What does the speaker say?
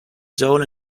soul